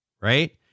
right